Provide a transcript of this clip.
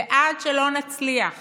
ועד שלא נצליח